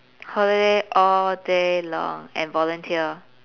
holiday all day long and volunteer